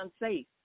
unsafe